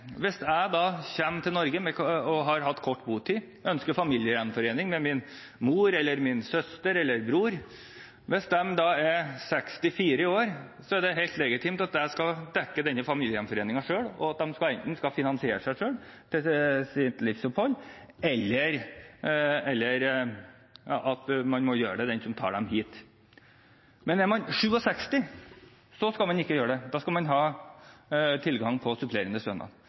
Hvis jeg kommer til Norge, har hatt kort botid og ønsker familiegjenforening med min mor eller min søster eller bror – hvis de da er 64 år, er det helt legitimt at de skal dekke denne familiegjenforeningen selv, og at de enten skal finansiere seg selv og sitt livsopphold eller at de som tar dem hit, må gjøre det. Men er man fylt 67 år, da skal man ikke gjøre det. Da skal man ha tilgang til supplerende